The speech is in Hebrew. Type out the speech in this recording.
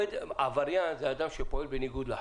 עבריין זה אדם שפועל בניגוד לחוק.